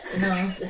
No